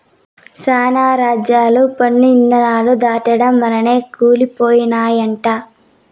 శానా రాజ్యాలు పన్ను ఇధానాలు దాటడం వల్లనే కూలి పోయినయంట